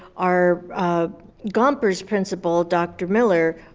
our gompers principal, dr. miller,